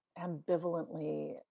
ambivalently